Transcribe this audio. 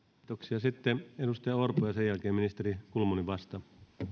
kiitoksia sitten edustaja orpo ja sen jälkeen ministeri kulmuni vastaa